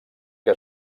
que